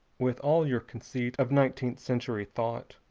with all your conceit of nineteenth-century thought,